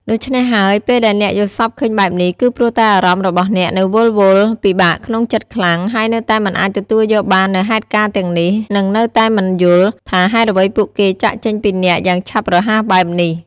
ដូច្នេះហើយ ពេលដែលអ្នកយល់សប្តិឃើញបែបនេះ គឺព្រោះតែអារម្មណ៍របស់អ្នក នៅវិលវល់ ពិបាកក្នុងចិត្តខ្លាំង ហើយនៅតែមិនអាចទទួលយកបាននូវហេតុការណ៍ទាំងនេះ និងនៅតែមិនយល់ ថាហេតុអ្វីពួកគេចាកចេញពីអ្នក យ៉ាងឆាប់រហ័សបែបនេះ។